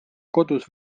kodus